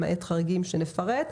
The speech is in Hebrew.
למעט חריגים שנפרט.